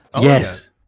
Yes